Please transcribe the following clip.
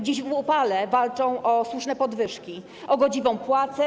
Dziś w upale walczą o słuszne podwyżki, o godziwą płacę.